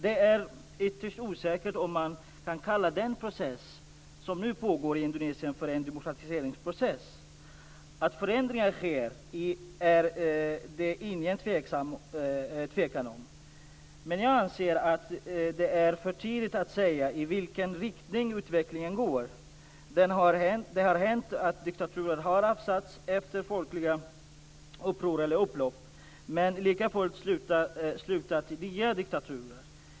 Det är ytterst osäkert om man kan kalla den process som nu pågår i Indonesien för en demokratiseringsprocess. Att förändringar sker är det ingen tvekan om, men jag anser att det är för tidigt att säga i vilken riktning utvecklingen går. Det har hänt att diktaturer har avsatts efter folkliga uppror eller upplopp, men likafullt slutat i nya diktaturer.